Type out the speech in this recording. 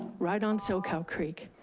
right on soquel creek.